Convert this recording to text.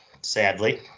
sadly